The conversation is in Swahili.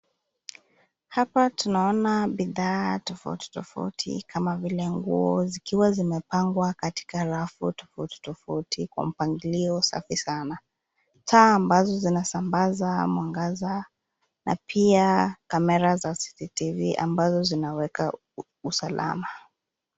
Hapa tunaona bidhaa tofauti tofauti kama vile nguo zikiwa zimepangwa katika rafu tofauti tofauti kwa mpangilio safi sana. Taa ambazo zinasambaza mwangaza na pia kamera za CCTV ambazo zinaweka usalama.